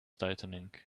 tightening